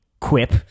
quip